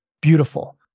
Beautiful